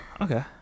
okay